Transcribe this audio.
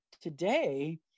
Today